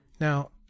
Now